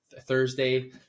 thursday